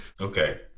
Okay